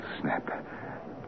snap